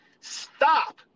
Stop